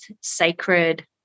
sacred